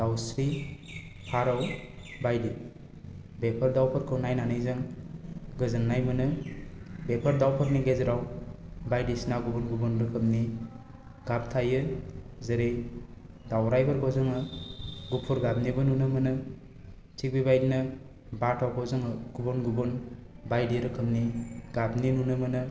दावस्रि फारौ बायदि बेफोर दावफोरखौ नायनानै जों गोजोननाय मोनो बेफोर दावफोरनि गेजेराव बायदिसिना गुबुन गुबुन रोखोमनि गाब थायो जेरै दावरायफोरखौ जोङो गुफुर गाबनिबो नुनो मोनो थिख बेबायदिनो बाथ'खौ जोङो गुबुन गुबुन बायदि रोखोमनि गाबनि नुनो मोनो